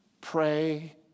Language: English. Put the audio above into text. Pray